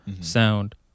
sound